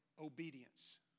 obedience